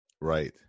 Right